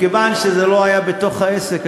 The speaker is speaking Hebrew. מכיוון שזה לא היה בתוך העסק,